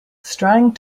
strang